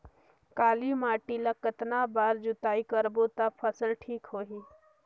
काली माटी ला कतना बार जुताई करबो ता फसल ठीक होती?